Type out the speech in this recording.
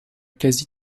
quasi